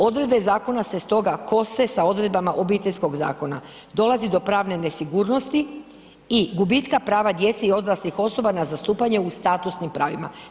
Odredbe iz zakona se stoga kose sa odredbama Obiteljskog zakona, dolazi do pravne nesigurnosti i gubitka prava djece i odraslih osoba na zastupanje u statusnim pravima.